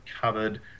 covered